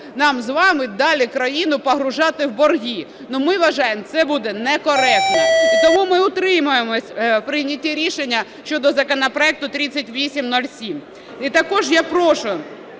нам з вами далі країну погружати у борги, ми вважаємо, це буде не коректно. І тому ми утримаємося у прийнятті рішення щодо законопроекту 3807. І також я прошу